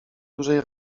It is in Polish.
dużej